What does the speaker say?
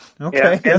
Okay